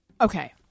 Okay